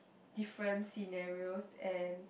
different scenarios and